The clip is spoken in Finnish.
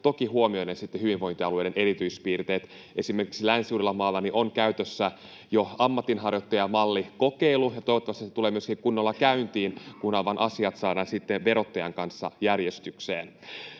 toki huomioiden sitten hyvinvointialueiden erityispiirteet. Esimerkiksi Länsi-Uudellamaalla on jo käytössä ammatinharjoittajamallikokeilu, ja toivottavasti se tulee myöskin kunnolla käyntiin, kunhan vain asiat saadaan sitten verottajan kanssa järjestykseen.